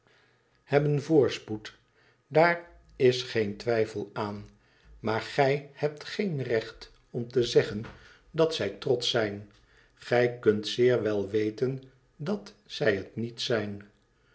daar is geen twijfel aan maar gij hebt geen recht om te zeggen dat zij trotsch zijn gij kunt zeer wel weten dat zij het niet zijn